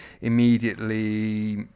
immediately